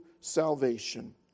salvation